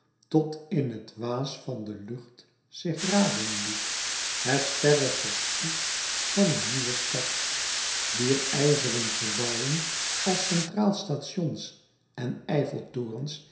tot in het waas van de lucht zich raden liet het verre verschiet van een nieuwe stad wier ijzeren gebouwen als centraal stations en eiffeltorens